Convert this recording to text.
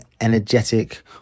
energetic